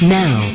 now